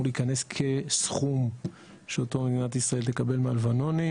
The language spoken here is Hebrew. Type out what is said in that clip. להיכנס כסכום שאותו מדינת ישראל תקבל מהלבנונים,